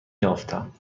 یافتم